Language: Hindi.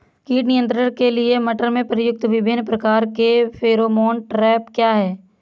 कीट नियंत्रण के लिए मटर में प्रयुक्त विभिन्न प्रकार के फेरोमोन ट्रैप क्या है?